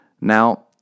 Now